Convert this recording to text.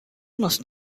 must